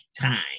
time